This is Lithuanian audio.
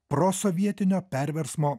prosovietinio perversmo